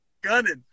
Gunning